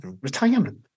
Retirement